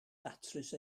datrys